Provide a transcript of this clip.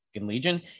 Legion